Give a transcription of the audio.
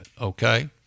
Okay